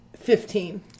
fifteen